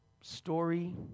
story